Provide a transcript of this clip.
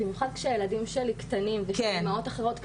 ביחוד שהילדים שלי קטנים ושל אימהות אחרות,